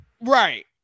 Right